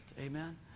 Amen